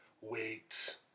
wait